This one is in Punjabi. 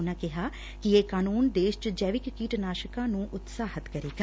ਉਨੂਾ ਕਿਹਾ ਕਿ ਇਹ ਕਾਨੂੰਨ ਦੇਸ਼ ਚ ਜੈਵਿਕ ਕੀਟਨਾਸ਼ਕਾਂ ਨੂੰ ਉਤਸ਼ਾਹਿਤ ਕਰੇਗਾ